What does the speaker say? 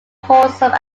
wholesome